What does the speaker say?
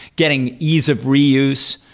getting ease of reuse,